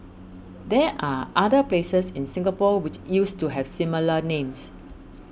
there are other places in Singapore which used to have similar names